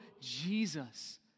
Jesus